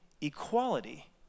equality